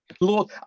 Lord